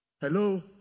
Hello